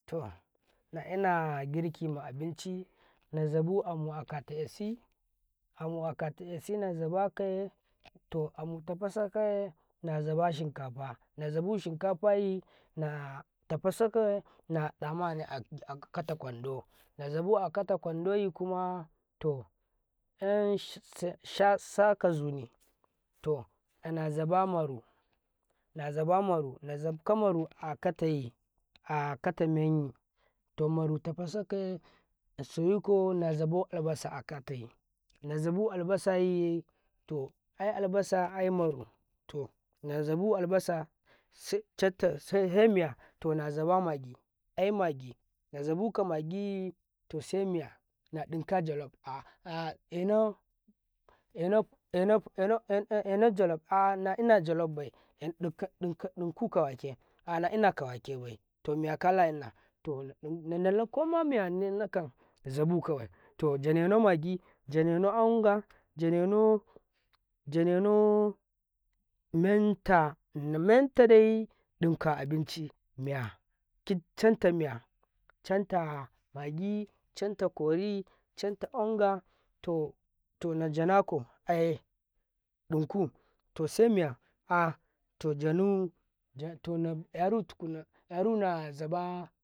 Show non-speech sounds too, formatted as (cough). ﻿To naina girki ma abinci nazabu amu akata ƙyasi amu akata ƙyasi nanzabu amu akata ƙyasi naza ba ƙaye to amu tafasakaye nazaba shinkafa zazabu shinkafayi na tafasakay natsa maye a'akata ƙwando na zabu akata ƙwandoy kuma kuma to sha sakazumi to nazabamaru nazaɓamaru nazafka maru akataye akatamenyi to maru tafasakaye nasayiko na zabu albasa a'akai nazabu albasa yiye to ai albasa aimaru to nazaabu albasaye ai albasa aimaru naza ba magi ai magi nazaɓu ka magiyi to semiya nadun kajalaf ah ah enau enau (hesitation) jalof naina jalofbai dinka dun kuka wake ah naina ka wake bai to miya kala ina nandala koma miyane nakan zaɓu kawai to janena magi ja nena onga janena janeno janeno men ta mentadai dinki abinci miya canta miya cantta magi cantta kori cantta onga to to naja nako aye dunkum to semiya (hesitation) najanu aruna zaba.